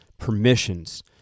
permissions